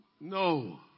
No